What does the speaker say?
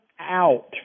out